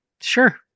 Sure